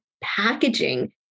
packaging